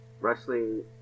wrestling